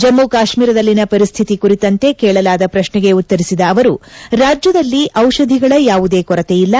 ಜಮು ಕಾಶೀರದಲ್ಲಿನ ಪರಿಸ್ತಿತಿ ಕುರಿತಂತೆ ಕೇಳಲಾದ ಪ್ಲಕ್ಷೆಗೆ ಉತ್ತರಿಸಿದ ಅವರು ರಾಜ್ಯದಲ್ಲಿ ದಿಷಧಿಗಳ ಯಾವುದೇ ಕೊರತೆಯಿಲ್ಲ